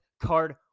Card